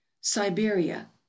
Siberia